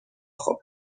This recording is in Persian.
خوب